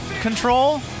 control